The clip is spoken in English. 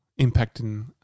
impacting